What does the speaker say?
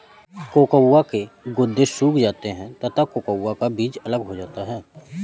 cocoa के गुदे सूख जाते हैं तथा कोकोआ का बीज अलग हो जाता है